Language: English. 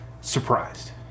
Surprised